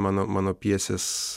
mano mano pjesės